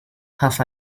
half